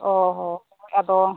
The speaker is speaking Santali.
ᱦᱮᱸ ᱦᱮᱸ ᱟᱫᱚ